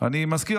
אני מזכיר,